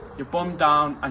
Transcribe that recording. your bum down and